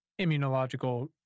immunological